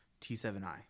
T7i